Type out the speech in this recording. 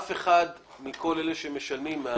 אף אחד מכל אלה שמשלמים,